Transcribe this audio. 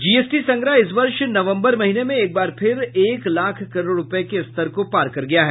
GST संग्रह इस वर्ष नवम्बर महीने में एक बार फिर एक लाख करोड़ रूपये के स्तर को पार कर गया है